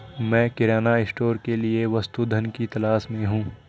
मैं किराना स्टोर के लिए वस्तु धन की तलाश में हूं